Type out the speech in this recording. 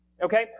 Okay